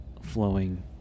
flowing